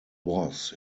was